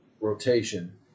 rotation